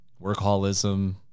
workaholism